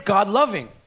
God-loving